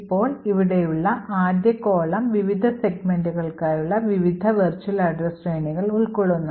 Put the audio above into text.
ഇപ്പോൾ ഇവിടെയുള്ള ആദ്യ column വിവിധ സെഗ്മെന്റുകൾക്കായുള്ള വിവിധ വെർച്വൽ അഡ്രസ്സ് ശ്രേണികൾ ഉൾക്കൊള്ളുന്നു